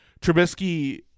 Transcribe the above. Trubisky